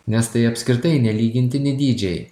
nes tai apskritai nelygintini dydžiai